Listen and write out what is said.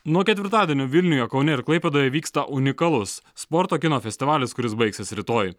nuo ketvirtadienio vilniuje kaune ir klaipėdoje vyksta unikalus sporto kino festivalis kuris baigsis rytoj